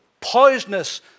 poisonous